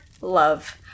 love